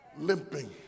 limping